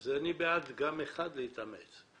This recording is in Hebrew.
אז אני בעד להתאמץ גם בשביל אחת,